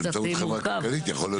באמצעות חברה כלכלית יכול להיות שכן.